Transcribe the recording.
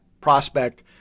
prospect